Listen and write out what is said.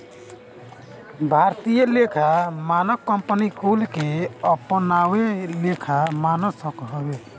भारतीय लेखा मानक कंपनी कुल के अपनावल लेखा मानक हवे